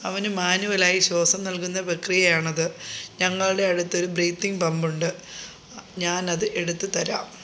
അവന് മാന്വലായി ശ്വാസം നൽകുന്ന പ്രക്രിയ ആണ് അത് ഞങ്ങളുടെ അടുത്ത് ഒരു ബ്രീത്തിങ് പമ്പുണ്ട് ഞാൻ അത് എടുത്ത് തരാം